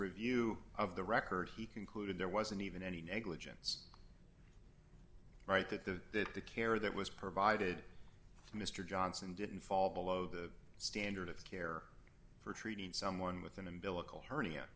review of the record he concluded there wasn't even any negligence right that the the care that was provided mr johnson didn't fall below the standard of care for treating someone with